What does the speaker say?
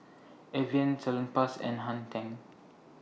Evian Salonpas and Hang ten